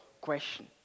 question